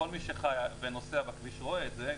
כל מי שחי ונוסע בכביש רואה את זה,